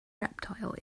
reptile